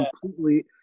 completely